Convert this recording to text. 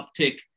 uptick